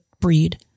breed